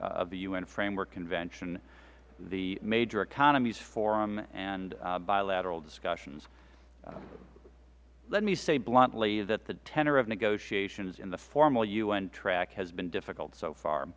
of the u n framework convention the major economies forum and bilateral discussions let me say bluntly that the tenor of negotiations and the formal u n track has been difficult so far